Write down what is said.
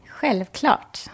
Självklart